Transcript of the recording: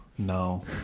no